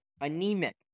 anemic